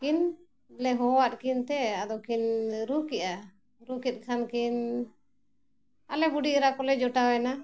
ᱠᱤᱱ ᱞᱮ ᱦᱚᱦᱚᱣᱟᱫ ᱠᱤᱱ ᱛᱮ ᱟᱫᱚ ᱠᱤᱱ ᱨᱩ ᱠᱮᱜᱼᱟ ᱨᱩ ᱠᱮᱫ ᱠᱷᱟᱱ ᱠᱤᱱ ᱟᱞᱮ ᱵᱩᱰᱷᱤ ᱮᱨᱟ ᱠᱚᱞᱮ ᱡᱚᱴᱟᱣᱮᱱᱟ